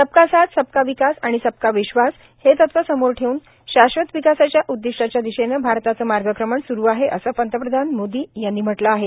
सबका साथ सबका विकास आणि सबका विश्वास हे तत्व समोर ठेवून शाश्वत विकासाच्या उद्दिष्टाच्या दिशेनं भारताचं मार्गक्रमण स्रु आहे असं पंतप्रधान नरेंद्र मोदी यांनी म्हटलं आहे